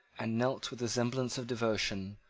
and knelt with the semblance of devotion,